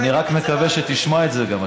אני רק מקווה שתשמע את זה גם.